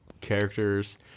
characters